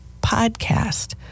podcast